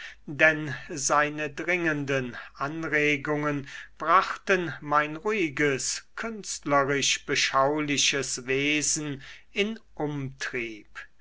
denn seine dringenden anregungen brachten mein ruhiges künstlerisch beschauliches wesen in umtrieb